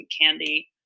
candy